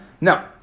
No